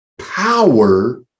power